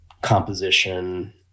composition